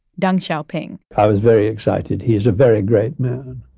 deng xiaoping i was very excited. he is a very great man.